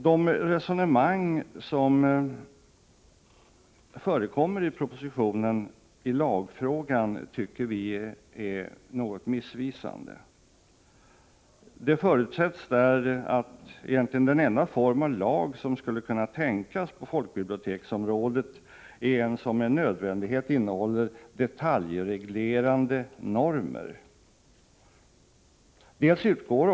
Det resonemang som förekommer i propositionen när det gäller lagfrågan tycker vi är något missvisande. Det förutsätts där att den enda form av lag som skulle kunna tänkas på folkbiblioteksområdet är en som med nödvändighet innehåller detaljreglerande normer.